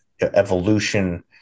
evolution